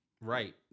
right